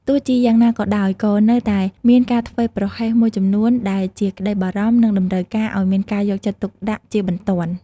ទោះជាយ៉ាងណាក៏ដោយ ក៏នៅតែមានការធ្វេសប្រហែសមួយចំនួនដែលជាក្តីបារម្ភ និងតម្រូវឱ្យមានការយកចិត្តទុកដាក់ជាបន្ទាន់។